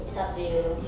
is up to you